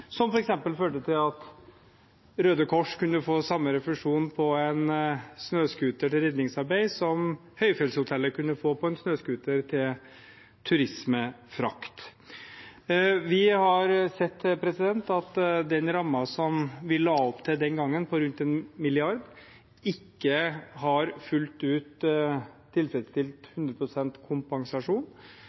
som f.eks. førte til at Røde Kors kunne få samme refusjon for en snøscooter til redningsarbeid som et høyfjellshotell kunne få for en snøscooter til turisme. Vi har sett at den rammen vi la opp til den gangen, på rundt 1 mrd. kr, ikke fullt ut har tilfredsstilt 100 pst. kompensasjon.